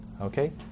Okay